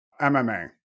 MMA